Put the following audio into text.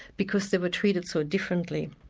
because they were treated so differently.